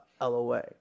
LOA